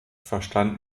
verstand